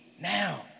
now